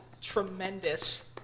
tremendous